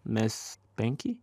mes penki